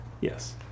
Yes